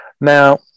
Now